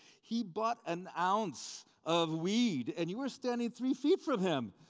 he bought an ounce of weed and you were standing three feet from him,